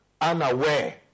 unaware